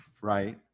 right